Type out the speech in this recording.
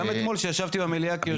גם אתמול, כשישבתי במליאה כיושב-ראש.